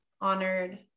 honored